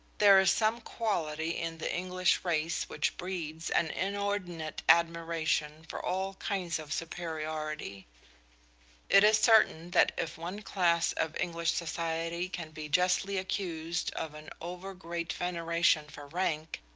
there is some quality in the english race which breeds an inordinate admiration for all kinds of superiority it is certain that if one class of english society can be justly accused of an over-great veneration for rank,